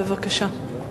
בבקשה.